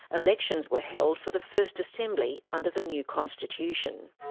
elections were held for the first assembly under the new constitution.